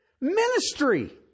Ministry